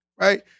right